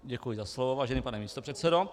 Děkuji za slovo, vážený pane místopředsedo.